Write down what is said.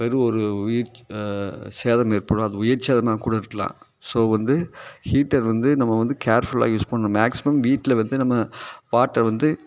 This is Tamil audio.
பெரு ஒரு உயிர் சேதம் ஏற்படும் அது உயிர் சேதமாகக்கூட இருக்கலாம் ஸோ வந்து ஹீட்டர் வந்து நம்ம வந்து கேர்ஃபுலாக யூஸ் பண்ணணும் மேக்ஸிமம் வீட்டில் வந்து நம்ம வாட்டர் வந்து